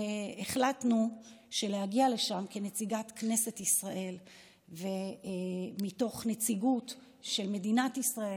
והחלטנו שלהגיע לשם כנציגת כנסת ישראל ומתוך נציגות של מדינת ישראל,